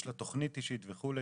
יש לה תכנית אישית וכו'.